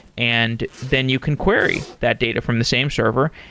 and then you can query that data from the same server,